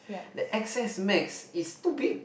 the x_s-max is too big